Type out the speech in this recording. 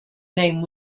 name